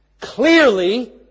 clearly